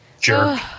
Jerk